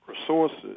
resources